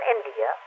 India